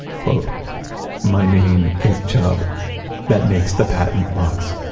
quote my name is chubb that makes the patent locks.